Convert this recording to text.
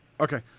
Okay